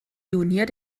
pionier